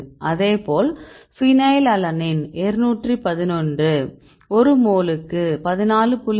அதேபோல் ஃபைனிலலனைன் 211 ஒரு மோலுக்கு 14